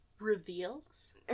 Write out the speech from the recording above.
Reveals